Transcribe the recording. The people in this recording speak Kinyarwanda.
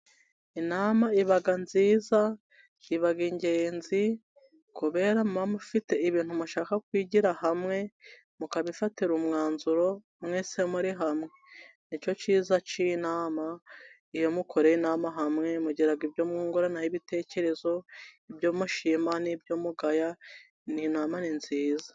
Inama iba nziza, iba ingenzi, kubera muba mufite ibintu mushaka kwigira hamwe, mukabifatira umwanzuro mwese muri hamwe, nicyo kiza k'inama, iyo mukoreye inama hamwe, mugira ibyo mwunguranaho ibitekerezo, ibyo mushima n'ibyo mugaya, inama ni nziza.